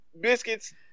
biscuits